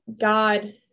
God